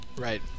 Right